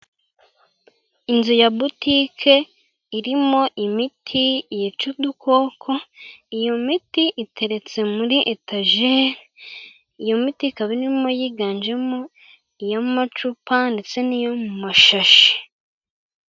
Inzu ya butiki irimo imiti yica udukoko, iyo miti iteretse muri etajeri, iyo miti ikaba irimo iyiganjemo iy'amacupa ndetse n'iyo mu mashashi.